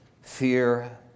Fear